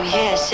yes